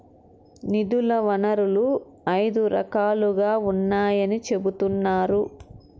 నిధుల వనరులు ఐదు రకాలుగా ఉన్నాయని చెబుతున్నారు